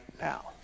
now